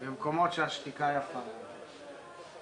במקומות שהשתיקה יפה להם.